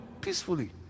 peacefully